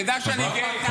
תדע שאני גאה.